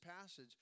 passage